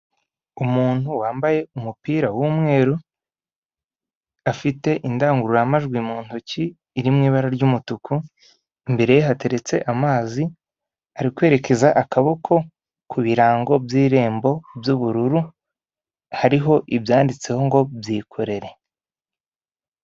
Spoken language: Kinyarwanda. Umuntu wambaye umupira w'umweru, afite indangururamajwi mu ntoki iri mu ibara ry'umutuku, imbere ye hateretse amazi, ari kwerekeza akaboko ku birango by'irembo by'ubururu, hariho ibyanditseho ngo byikorere.